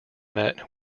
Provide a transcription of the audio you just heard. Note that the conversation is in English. met